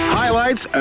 highlights